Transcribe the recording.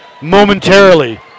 momentarily